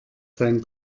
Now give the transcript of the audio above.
sein